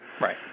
Right